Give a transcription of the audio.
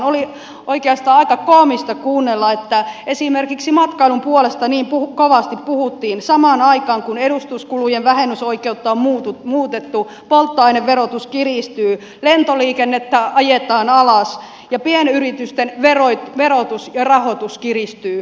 oli oikeastaan aika koomista kuunnella että esimerkiksi matkailun puolesta niin kovasti puhuttiin samaan aikaan kun edustuskulujen vähennysoikeutta on muutettu polttoaineverotus kiristyy lentoliikennettä ajetaan alas ja pienyritysten verotus ja rahoitus kiristyy koko ajan